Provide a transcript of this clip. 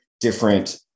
different